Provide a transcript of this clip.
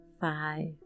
five